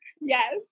yes